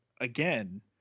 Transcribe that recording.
again